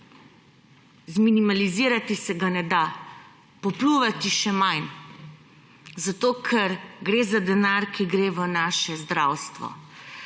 Zminimizirati se ga ne da, popljuvati še manj, zato ker gre za denar, ki gre v naše zdravstvo.